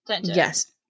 yes